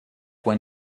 when